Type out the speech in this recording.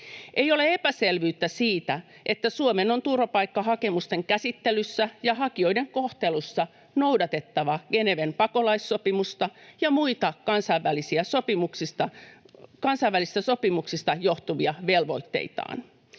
Ei ole epäselvyyttä siitä, että Suomen on turvapaikkahakemusten käsittelyssä ja hakijoiden kohtelussa noudatettava Geneven pakolaissopimusta ja muita kansainvälisistä sopimuksista johtuvia velvoitteitaan.